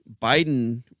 Biden